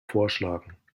vorschlagen